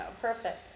Perfect